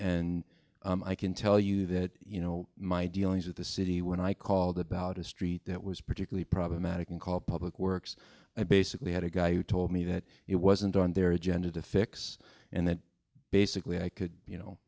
and i can tell you that you know my dealings with the city when i called about a street that was particularly problematic and called public works i basically had a guy who told me that it wasn't on their agenda to fix and that basically i could you know